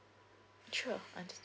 sure